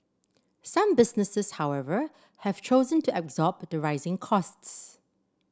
some businesses however have chosen to absorb the rising costs